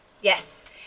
Yes